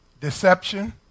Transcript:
Deception